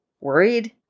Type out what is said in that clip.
worried